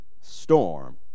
storm